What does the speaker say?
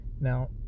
Now